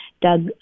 Doug